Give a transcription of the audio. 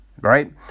right